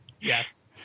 Yes